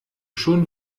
schon